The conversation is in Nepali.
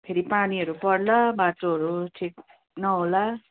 फेरि पानीहरू पर्ला बाटोहरू ठिक न होला